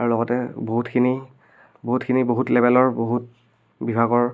আৰু লগতে বহুতখিনি বহুতখিনি বহুত লেবেলৰ বহুত বিভাগৰ